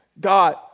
God